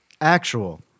Actual